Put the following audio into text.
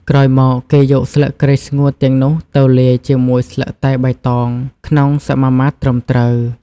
ក្រោយមកគេយកស្លឹកគ្រៃស្ងួតទាំងនោះទៅលាយជាមួយស្លឹកតែបៃតងក្នុងសមាមាត្រត្រឹមត្រូវ។